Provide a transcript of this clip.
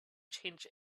change